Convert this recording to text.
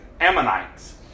Ammonites